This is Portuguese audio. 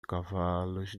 cavalos